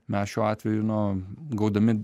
mes šiuo atveju nu gaudami